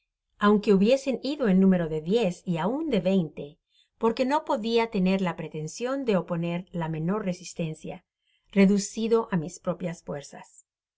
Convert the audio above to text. aunque hubiesen ido ea número de diez y aun de veinte porque no podia tener la pretension de oponer la menor resistencia reducido á mis propias fuerzas sin